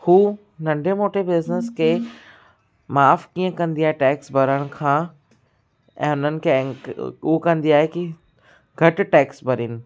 हू नंढे मोटे बिज़नेस के माफ़ु कीअं कंदी आहे टैक्स भरण खां ऐं हुननि खे एंक हू कंदी आहे कि घटि टैक्स भरीनि